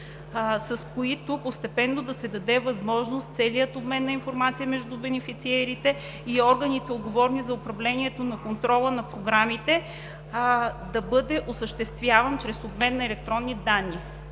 с които постепенно да се даде възможност целият обмен на информация между бенефициерите и органите, отговорни за управлението и контрола на програмите, да бъде осъществяван чрез обмен на електронни данни;